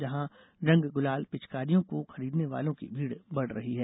जहां रंग गुलाल पिचकारियों को खरीदने वालों की भीड़ बढ़ रही है